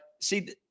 see